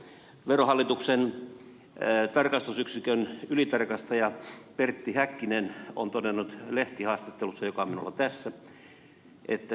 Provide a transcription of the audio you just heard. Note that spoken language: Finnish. verohallituksen tarkastusyksikön ylitarkastaja pertti häkkinen on todennut lehtihaastattelussa joka minulla on tässä